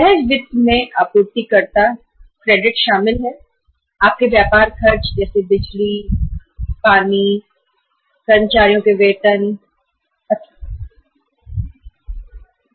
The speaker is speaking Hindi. सहज वित्त मे आपूर्ति कर्ता का क्रेडिट और व्यापार खर्च जैसे कंपनी के बिजली के खर्चे पानी के खर्चे कर्मचारियों को वेतन आदि शामिल है